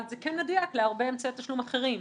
אבל זה כן מדויק להרבה אמצעי תשלום אחרים.